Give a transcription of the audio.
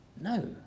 No